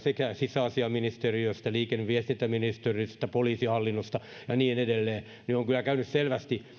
sisäasiainministeriöstä liikenne ja viestintäministeriöstä poliisihallinnosta ja niin edelleen niin on kyllä käynyt selvästi ilmi